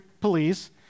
police